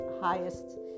highest